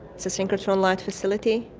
it's a synchrotron light facility,